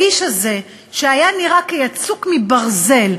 האיש הזה, שהיה נראה כיצוק מברזל,